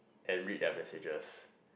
and read their messages